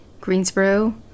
Greensboro